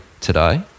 today